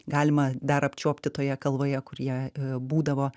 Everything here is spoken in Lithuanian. galima dar apčiuopti toje kalvoje kur jie būdavo